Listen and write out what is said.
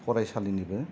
फरायसालिनिबो